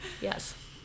Yes